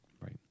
Right